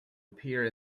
appear